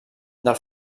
del